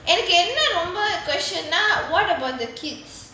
எனக்கு என்ன ரொம்ப:enaku enna romba question னா:naa what about the kids